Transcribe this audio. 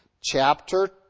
chapter